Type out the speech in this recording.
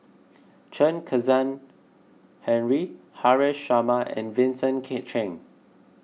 Chen Kezhan Henri Haresh Sharma and Vincent K Cheng